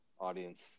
Audience